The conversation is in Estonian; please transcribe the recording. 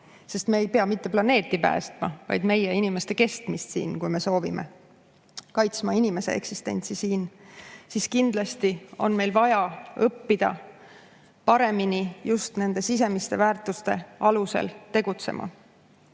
Me ei pea mitte planeeti päästma, vaid püüdma tagada meie inimeste kestmist siin. Kui me soovime kaitsta inimese eksistentsi, siis kindlasti on meil vaja õppida paremini just nende sisemiste väärtuste alusel tegutsema. Kuidas